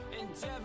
Endeavor